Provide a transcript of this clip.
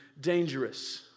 dangerous